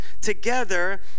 together